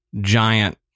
giant